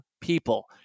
people